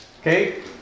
Okay